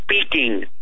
speaking